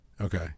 Okay